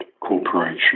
corporation